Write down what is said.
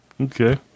Okay